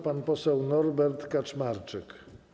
Pan poseł Norbert Kaczmarczyk.